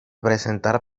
presentar